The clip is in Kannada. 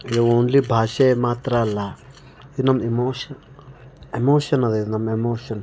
ಇದು ಓನ್ಲಿ ಭಾಷೆ ಮಾತ್ರ ಅಲ್ಲ ಇದು ನಮ್ಮ ಇಮೋಷನ್ ಎಮೋಷನ್ ಅದ ಇದು ನಮ್ಮ ಎಮೋಷನ್